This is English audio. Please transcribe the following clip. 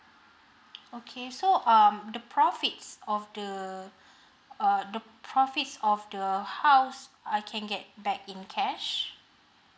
okay so um the profits of the uh the profits of the house I can get back in cash